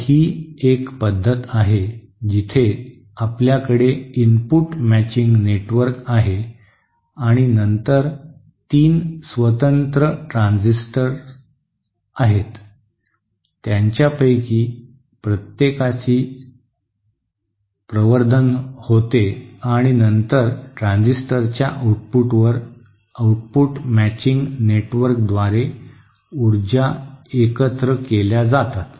तर ही एक पद्धत आहे जिथे आपल्याकडे इनपुट मॅचिंग नेटवर्क आहे आणि नंतर तीन स्वतंत्र ट्रांजिस्टर त्यांच्यापैकी प्रत्येकाचे प्रवर्धन होते आणि नंतर ट्रान्झिस्टरच्या आउटपुटवर आउटपुट मॅचिंग नेटवर्कद्वारे ऊर्जा एकत्र केल्या जातात